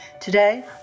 Today